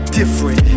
different